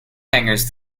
hangers